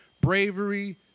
bravery